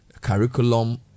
curriculum